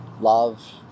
love